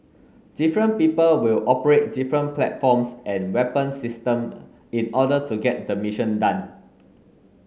different people will operate different platforms and weapon system in order to get the mission done